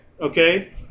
Okay